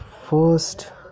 first